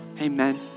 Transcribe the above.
amen